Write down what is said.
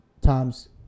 times